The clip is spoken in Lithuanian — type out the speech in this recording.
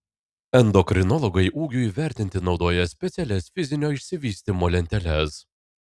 endokrinologai ūgiui įvertinti naudoja specialias fizinio išsivystymo lenteles